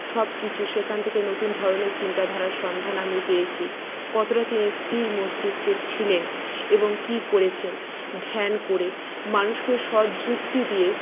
সবকিছু সেখান থেকে নতুন ধরনের চিন্তাধারার সন্ধান আমি পেয়েছি কতটা তিনি স্থির মস্তিষ্কের ছিলেন এবং কী করেছেন ধ্যান করে মানুষকে সৎ যুক্তি দিয়ে